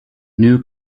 new